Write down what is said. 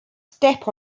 step